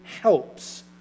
helps